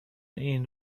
این